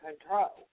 control